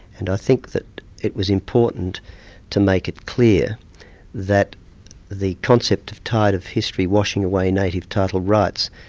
and i think that it was important to make it clear that the concept of tide of history washing away native title rights,